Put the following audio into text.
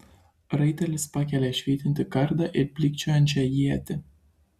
raitelis pakelia švytintį kardą ir blykčiojančią ietį